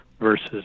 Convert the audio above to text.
versus